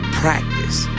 practice